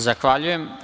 Zahvaljujem.